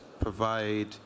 provide